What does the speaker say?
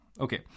Okay